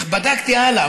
אחר כך בדקתי הלאה,